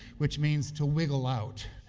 which means to wiggle out.